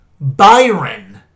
Byron